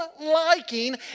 liking